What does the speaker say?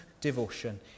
devotion